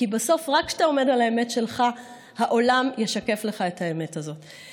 כי בסוף רק כשאתה עומד על האמת שלך העולם ישקף לך את האמת הזאת.